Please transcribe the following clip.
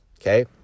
Okay